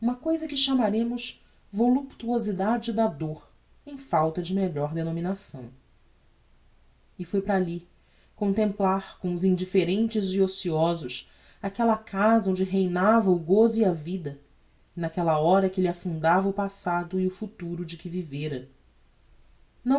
a que chamaremos voluptuosidade da dor em falta de melhor donominação e foi para alli contemplar com os indifferentes e ociosos aquella casa onde reinava o goso e a vida e naquella hora que lhe afundava o passado e o futuro de que vivera